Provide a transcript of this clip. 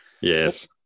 Yes